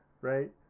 right